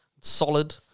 solid